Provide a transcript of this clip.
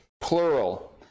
plural